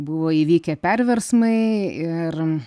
buvo įvykę perversmai ir